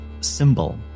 symbol